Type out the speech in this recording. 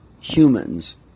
humans